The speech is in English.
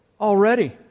already